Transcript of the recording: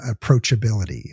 approachability